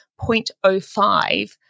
0.05